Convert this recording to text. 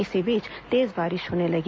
इसी बीच तेज बारिश होने लगी